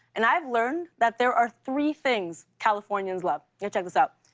and i have learned that there are three things californians love. yeah check this out.